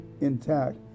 intact